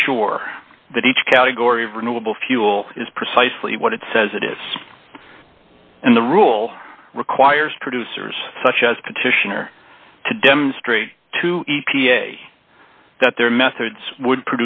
ensure that each category of renewable fuel is precisely what it says it is and the rule requires producers such as petitioner to demonstrate to e p a that their methods would